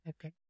Okay